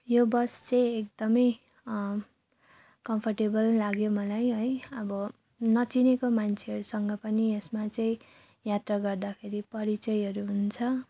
यो बस चाहिँ एकदम कम्फर्टेबल लाग्यो मलाई है अब नचिनेको मान्छेहरूसँग पनि यसमा चाहिँ यात्रा गर्दाखेरि परिचयहरू हुन्छ